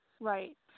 Right